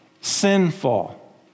Sinful